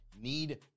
need